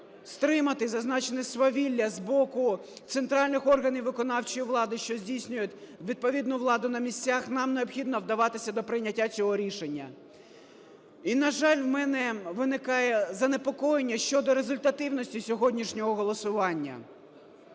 стримати зазначене свавілля з боку центральних органів виконавчої влади, що здійснюють відповідну владу на місцях, нам необхідно вдаватися до прийняття цього рішення. І, на жаль, у мене виникає занепокоєння щодо результативності сьогоднішнього голосування.